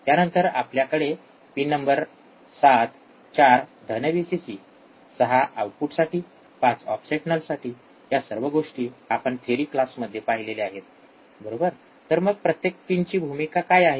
त्यानंतर आपल्याकडे pin number ७ ४ धन व्हीसीसी ६ आउटपुटसाठी ५ ऑफसेट नलसाठी या सर्व गोष्टी आपण थेरी क्लासमध्ये पाहिलेले आहेत बरोबर तर मग प्रत्येक पिनची भूमिका काय आहे